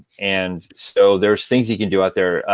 and so there's things you can do out there.